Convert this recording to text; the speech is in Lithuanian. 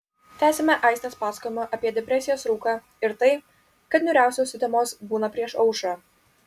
tęsiame aistės pasakojimą apie depresijos rūką ir tai kad niūriausios sutemos būna prieš aušrą